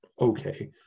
okay